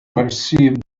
perceived